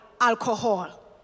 Alcohol